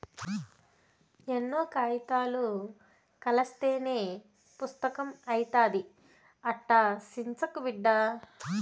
ఎన్నో కాయితాలు కలస్తేనే పుస్తకం అయితాది, అట్టా సించకు బిడ్డా